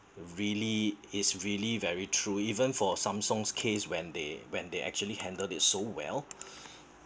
really it's really very true even for Samsung's case when they when they actually handle they so well